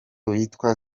witwa